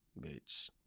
bitch